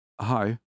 Hi